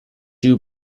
you